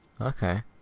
Okay